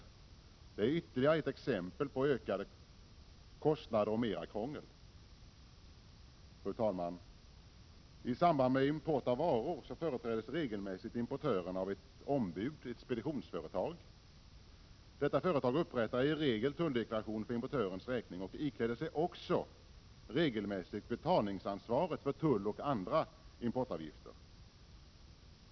Förslaget är ytterligare ett exempel på ökade kostnader och mer krångel. Fru talman! I samband med import av varor företräds regelmässigt importören av ett ombud, ett speditionsföretag. Detta företag upprättar i regel tulldeklaration för importörens räkning och ikläder sig också regelmässigt betalningsansvaret för tulloch andra importavgifter.